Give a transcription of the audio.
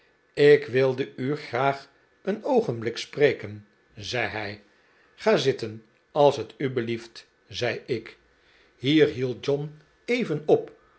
ik wilde u graag een oogenblik spreken zei hij ga zitten als het u belief t zei ik hier hield john even op